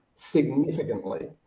significantly